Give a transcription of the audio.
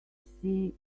see